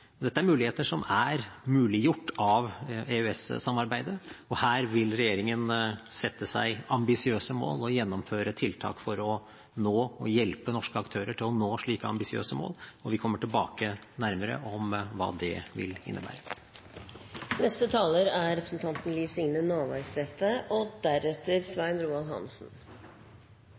Dette er muligheter som er muliggjort av EØS-samarbeidet. Her vil regjeringen sette seg ambisiøse mål og gjennomføre tiltak for å nå, og hjelpe norske aktører til å nå, slike ambisiøse mål. Vi kommer nærmere tilbake til hva det vil